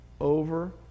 over